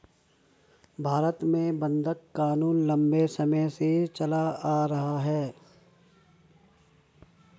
भारत में बंधक क़ानून लम्बे समय से चला आ रहा है